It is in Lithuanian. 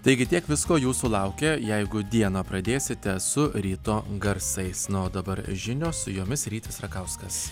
taigi tiek visko jūsų laukia jeigu dieną pradėsite su ryto garsais na o dabar žinios su jomis rytis rakauskas